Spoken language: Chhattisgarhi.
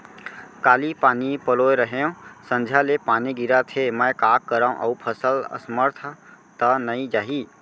काली पानी पलोय रहेंव, संझा ले पानी गिरत हे, मैं का करंव अऊ फसल असमर्थ त नई जाही?